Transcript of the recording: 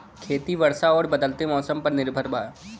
खेती वर्षा और बदलत मौसम पर निर्भर बा